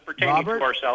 Robert